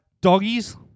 Doggies